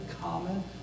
common